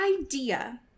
idea